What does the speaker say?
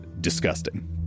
disgusting